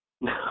No